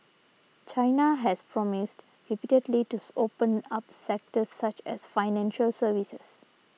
China has promised repeatedly tooth open up sectors such as financial services